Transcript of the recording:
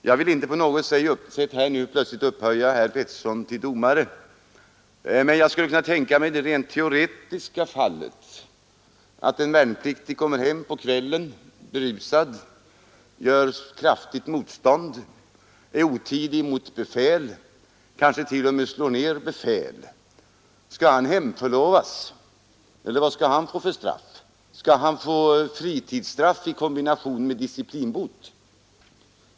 Jag vill inte på något sätt upphöja herr Alf Pettersson till domare, men jag skulle vilja framlägga för honom det rent teoretiska fallet att en värnpliktig på kvällen kommer till förläggningen kraftigt berusad, han gör motstånd, är otidig mot befäl, han kanske t.o.m. slår ned befäl. Skall han hemförlovas, eller vad skall han få för straff? Skall han få fritidsstraff i kombination med disciplinbot?